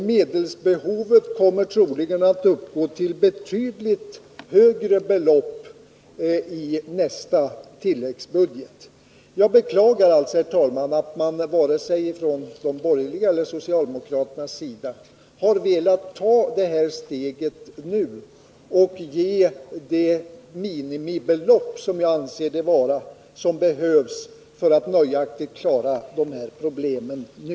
Medelsbehovet kommer antagligen att uppgå till betydligt högre belopp i nästa tilläggsbudget. Jag beklagar alltså, herr talman, att man varken från de borgerligas eller socialdemokraternas sida velat ta det här steget nu och ge det minimibelopp = Nr 56 jag anser detta vara ett sådant — som behövs för att nöjaktigt klara de här Hi Tisdagen den problemen nu.